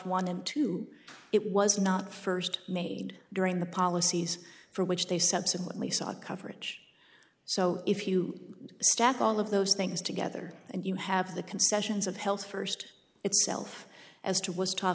one and two it was not first made during the policies for which they subsequently sought coverage so if you stack all of those things together and you have the concessions of health first itself as to was tough